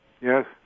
Yes